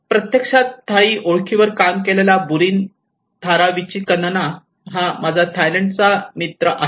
प्रत्यक्षात थाई ओळखीवर काम केलेला बुरिन थाराविचित्तकनचा हा माझा थायलंडचा मित्र आहे